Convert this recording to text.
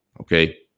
Okay